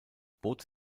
bot